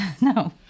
No